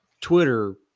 Twitter